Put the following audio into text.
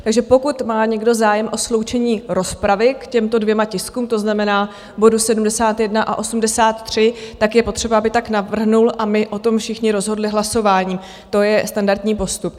Takže pokud má někdo zájem o sloučení rozpravy k těmto dvěma tiskům, to znamená, bodu 71 a 83, je potřeba, aby tak navrhl a my o tom všichni rozhodli hlasováním, to je standardní postup.